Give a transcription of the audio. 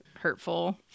hurtful